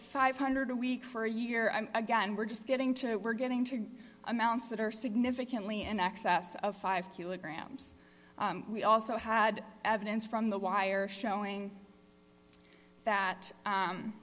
five hundred a week for a year i'm again we're just getting to it we're getting to amounts that are significantly an excess of five kilograms we also had evidence from the wire showing that